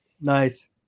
Nice